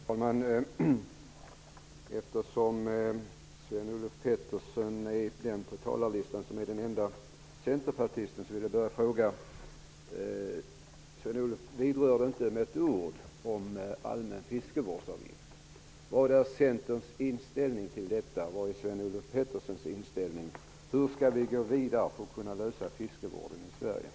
Herr talman! Eftersom Sven-Olof Petersson är den enda centerpartisten på talarlistan i detta ärende, vill jag fråga honom om en sak. Sven-Olof Petersson vidrörde inte med ett ord allmän fiskevårdsavgift. Vad är Centerns inställning i den frågan? Och vilken är Sven-Olof Peterssons inställning? Hur skall vi gå vidare för att klara fiskevården i Sverige?